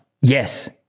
Yes